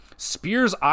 Spears